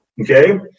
okay